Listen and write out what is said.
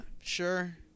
sure